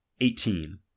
eighteen